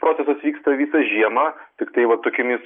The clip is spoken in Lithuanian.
procesas vyksta visą žiemą tiktai va tokiomis